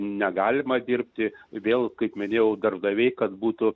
negalima dirbti vėl kaip minėjau darbdaviai kad būtų